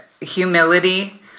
humility